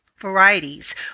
varieties